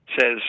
says